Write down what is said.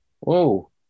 Whoa